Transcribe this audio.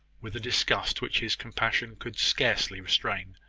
with a disgust which his compassion could scarcely restrain.